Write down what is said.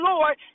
Lord